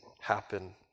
happen